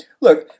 look